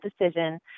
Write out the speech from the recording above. decision